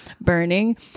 burning